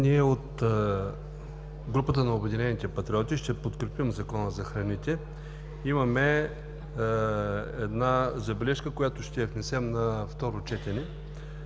Ние от групата на „Обединените патриоти“ ще подкрепим Закона за храните. Имаме една забележка, която ще внесем между първо и второ четене.